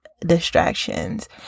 distractions